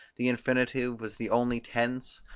the infinitive was the only tense,